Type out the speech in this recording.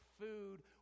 food